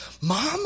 Mom